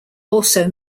also